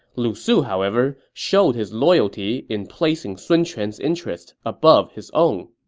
lu su, however, showed his loyalty in placing sun quan's interests above his own